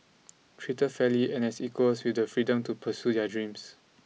treated fairly and as equals with the freedom to pursue their dreams